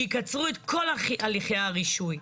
שיקצרו את כל הליכי הרישוי.